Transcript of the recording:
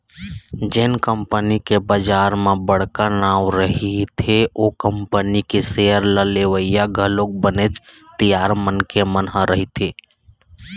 जेन कंपनी के बजार म बड़का नांव रहिथे ओ कंपनी के सेयर ल लेवइया घलोक बनेच तियार मनखे मन ह रहिथे